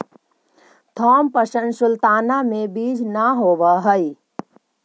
Thompson sultana में बीज न होवऽ हई